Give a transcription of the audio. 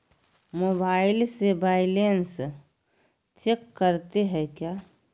Mobile से balance check करते हैं क्या?